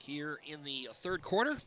here in the third quarter